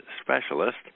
specialist